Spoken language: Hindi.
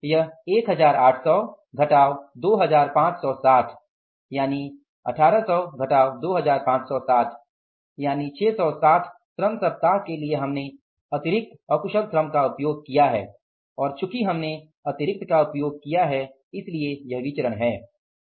यह 1800 घटाव 2560 यानि 760 श्रम सप्ताह के लिए हमने अतिरिक्त भुगतान किया है चुकी हमने अतिरिक्त का उपयोग किया है